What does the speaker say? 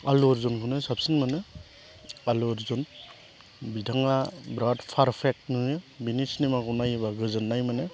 आल्लु आर्जुनखौनो साबसिन मोनो आल्लु आर्जुन बिथाङा बिराद पारफेक्ट नुयो बिनि सिनेमाखौ नायोब्ला गोजोननाय मोनो